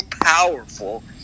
powerful